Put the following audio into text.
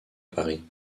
paris